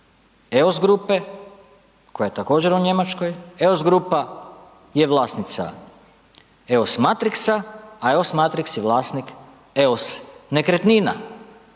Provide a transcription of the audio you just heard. EIOS grupe koja je također u Njemačkoj, EOS grupa je vlasnica EOS Matrixa, a EOS Matrix je vlasnik EOS nekretnina.